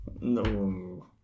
No